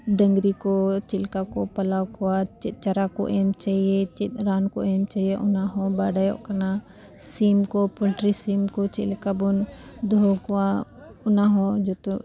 ᱰᱟᱹᱝᱨᱤ ᱠᱚ ᱪᱮᱫ ᱞᱮᱠᱟ ᱠᱚ ᱯᱟᱞᱟᱣ ᱠᱚᱣᱟ ᱪᱮᱫ ᱪᱟᱨᱟ ᱠᱚ ᱮᱢ ᱪᱟᱹᱦᱤᱭᱮ ᱪᱮᱫ ᱨᱟᱱ ᱠᱚ ᱮᱢ ᱪᱟᱹᱦᱤᱭᱮ ᱚᱱᱟᱦᱚᱸ ᱵᱟᱰᱟᱭᱚᱜ ᱠᱟᱱᱟ ᱥᱤᱢ ᱠᱚ ᱯᱚᱞᱴᱨᱤ ᱥᱤᱢ ᱠᱚ ᱪᱮᱫ ᱞᱮᱠᱟᱵᱚᱱ ᱫᱚᱦᱚ ᱠᱚᱣᱟ ᱚᱱᱟᱦᱚᱸ ᱡᱚᱛᱚ